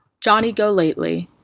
johnny go lately